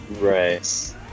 Right